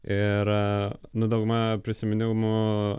ir nu dauguma prisiminimų